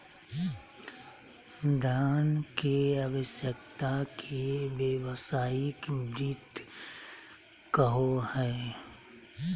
धन के आवश्यकता के व्यावसायिक वित्त कहो हइ